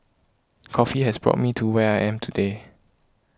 coffee has brought me to where I am today